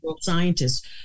scientists